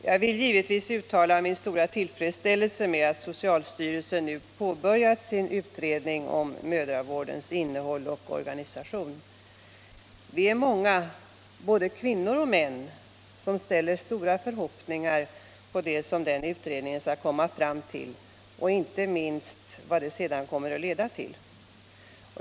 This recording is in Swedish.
Herr talman! Jag vill uttala min stora tillfredsställelse med att socialstyrelsen nu påbörjat sin utredning om mödravårdens innehåll och organisation. Vi är många, både kvinnor och män, som ställer stora förhoppningar på den utredningen och inte minst vad den sedan kommer att leda till.